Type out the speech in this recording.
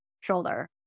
shoulder